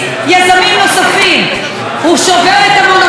הוא שובר את המונופול של משפחת אדרי.